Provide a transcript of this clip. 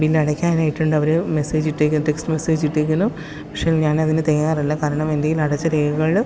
ബില്ലടയ്ക്കാനായിട്ടുണ്ട് അവർ മെസേജ് ഇട്ടേക്ക് text message ഇട്ടേക്കുന്നു പക്ഷേ ഞാനതിന് തയ്യാറല്ല കാരണം എന്റെ കയ്യിൽ അടച്ച രേഖകൾ